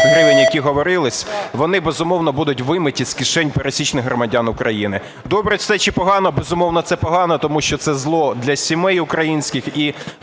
гривень, які говорились, вони, безумовно, будуть вимиті з кишень пересічних громадян України. Добре це чи погано? Безумовно, це погано, тому що це зло для сімей українських і